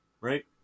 Right